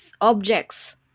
objects